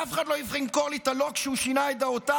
ואף אחד לא ימכור לי את הלוקש שהוא שינה את דעותיו,